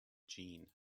gene